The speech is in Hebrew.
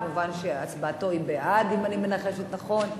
מובן שהצבעתו היא בעד, אם אני מנחשת נכון.